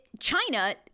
China